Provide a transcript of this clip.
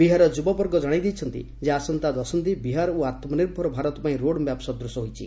ବିହାରର ଯ୍ରବବର୍ଗ ଜଣାଇ ଦେଇଛନ୍ତି ଯେ ଆସନ୍ତା ଦଶନ୍ଧି ବିହାର ଓ ଆତ୍କନିର୍ଭର ଭାରତ ପାଇଁ ରୋଡ୍ ମ୍ୟାପ୍ ସଦୂଶ ହୋଇଛି